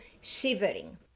shivering